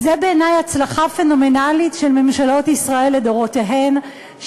זו בעיני הצלחה פנומנלית של ממשלות ישראל לדורותיהן,